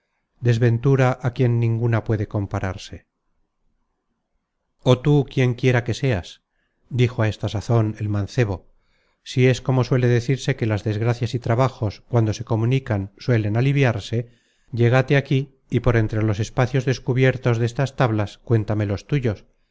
desventura a quien ninguna puede compararse oh tú quien quiera que seas dijo a esta sazon el mancebo si es como decirse suele que las desgracias y trabajos cuando se comunican suelen aliviarse llégate aquí y por entre los espacios descubiertos destas tablas cuéntame los tuyos